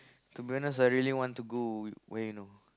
to be honest I really want to go where you know